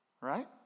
right